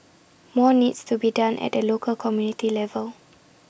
more needs to be done at the local community level